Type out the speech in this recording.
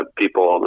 people